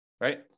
right